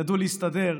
ידעו להסתדר.